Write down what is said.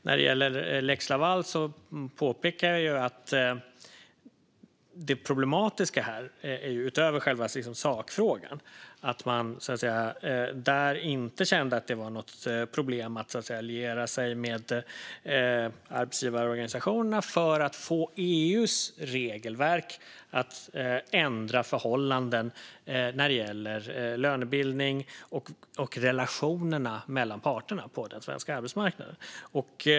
När det gäller lex Laval påpekade jag att det problematiska är, utöver själva sakfrågan, att man där inte kände att det var något problem att liera sig med arbetsgivarorganisationerna för att få EU:s regelverk att ändra förhållanden när det gäller lönebildning och relationerna mellan parterna på den svenska arbetsmarknaden.